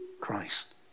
Christ